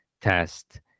test